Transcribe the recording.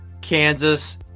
Kansas